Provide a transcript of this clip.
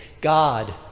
God